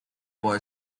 boy